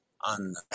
on